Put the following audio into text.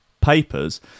papers